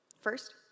First